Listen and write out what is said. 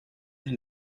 mir